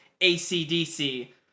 A-C-D-C